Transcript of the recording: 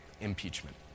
impeachment